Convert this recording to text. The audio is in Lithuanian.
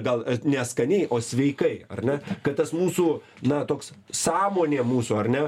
gal ne skaniai o sveikai ar ne kad tas mūsų na toks sąmonė mūsų ar ne